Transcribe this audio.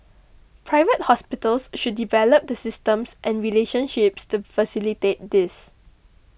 Private Hospitals should develop the systems and relationships to facilitate this